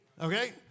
Okay